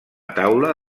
taula